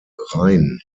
rain